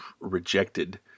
rejected